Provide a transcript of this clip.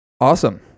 Awesome